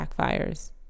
backfires